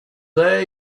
there